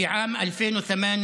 (אומר דברים בשפה הערבית,